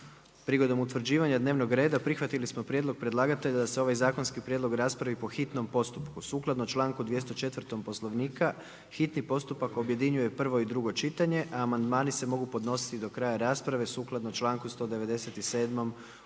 Prigodom utvrđivanja dnevnog reda prihvatili smo prijedlog predlagatelja da se ovaj zakonski prijedlog raspravi po hitnom postupku. Sukladno članku 204. Poslovnika hitni postupak objedinjuje prvo i drugo čitanje, a amandmani se mogu podnositi do kraja rasprave sukladno članku 197. Poslovnika.